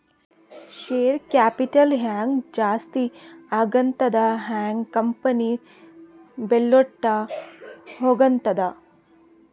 share capital ಹ್ಯಾಂಗ್ ಜಾಸ್ತಿ ಆಗ್ತದ ಹಂಗ್ ಕಂಪನಿ ಬೆಳ್ಕೋತ ಹೋಗ್ತದ